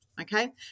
okay